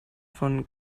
von